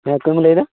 ᱦᱮᱸ ᱚᱠᱚᱭᱮᱢ ᱞᱟᱹᱭᱮᱫᱟ